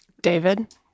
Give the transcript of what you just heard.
David